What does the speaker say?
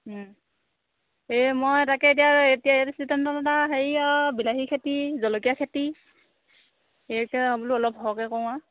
এই মই তাকে এতিয়া এইটো চিজনত আৰু হেৰি আৰু বিলাহী খেতি জলকীয়া খেতি এইকিটা বোলো অলপ সৰহকৈ কৰোঁ আৰু